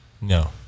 No